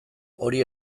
hori